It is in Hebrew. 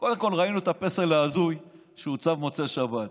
קודם כול, ראינו את הפסל ההזוי שהוצב במוצאי שבת.